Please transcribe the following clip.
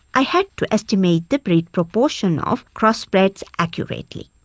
i had to estimate the breed proportion of cross-breeds accurately.